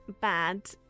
bad